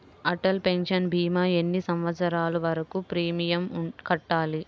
Atal pension భీమా ఎన్ని సంవత్సరాలు వరకు ప్రీమియం కట్టాలి?